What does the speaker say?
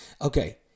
Okay